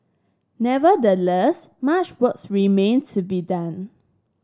nevertheless much work remains to be done